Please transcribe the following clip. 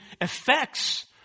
effects